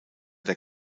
der